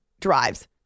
drives